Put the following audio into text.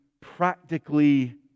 practically